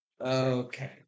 Okay